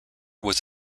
was